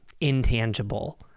intangible